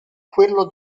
quello